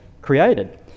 created